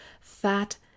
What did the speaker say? fat